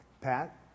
Pat